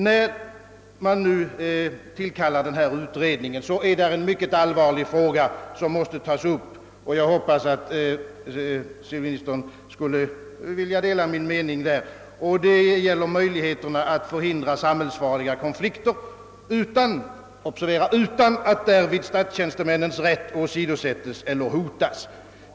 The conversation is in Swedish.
När man nu skall tillkalla ifrågavarande utredning, är det en mycket allvarlig fråga som måste lösas — och jag hoppas civilministern delar min uppfattning därvidlag — nämligen möjligheten att förhindra samhällsfarliga konflikter utan — observera utan — att statstjänstemännens rätt därvid åsidosättes eller hotas.